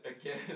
again